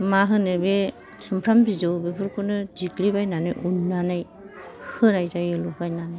मा होनो बे सुमफ्राम बिजौ बेफोरखौनो देग्लि बायनानै उनानै होनाय जायो लगायनानै आरो